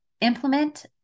Implement